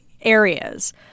areas